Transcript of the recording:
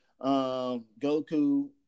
Goku